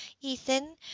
Ethan